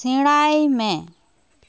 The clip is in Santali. ᱥᱮᱸᱬᱟᱭ ᱢᱮ